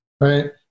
right